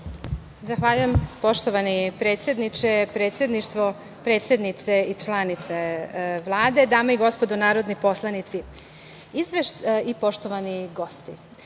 Zahvaljujem. Poštovani predsedniče, predsedništvo, predsednice i članice Vlade, dame i gospodo narodni poslanici i poštovani gosti,